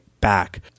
back